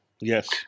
Yes